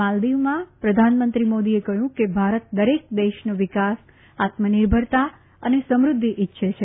માલ્દીવમાં પ્રધાનમંત્રી મોદીએ કહ્યું કે ભારત દરેક દેશનો વિકાસ આત્મનિર્લરતા અને સમૂદ્ધિ ઈચ્છે છે